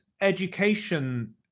education